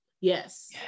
Yes